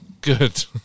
Good